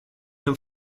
him